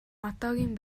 одоогийн